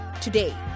today